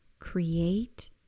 create